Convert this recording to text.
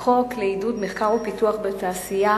שלי יחימוביץ, תשובה והצבעה.